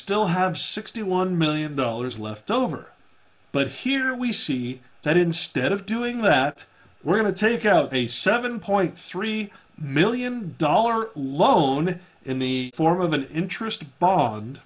still have sixty one million dollars left over but here we see that instead of doing that we're going to take out a seven point three million dollar loan in the form of an interest bond